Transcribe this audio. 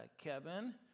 Kevin